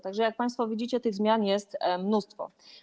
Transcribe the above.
Tak że jak państwo widzicie, tych zmian jest mnóstwo.